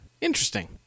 interesting